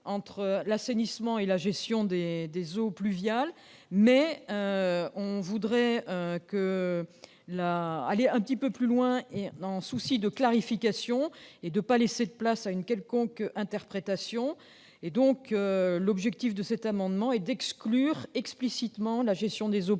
entre l'assainissement et la gestion des eaux pluviales. Toutefois, nous voudrions aller un peu plus loin par souci de clarification, afin de ne pas laisser place à une quelconque interprétation. C'est pourquoi cet amendement vise à exclure explicitement la gestion des eaux pluviales